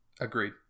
Agreed